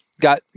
got